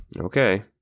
Okay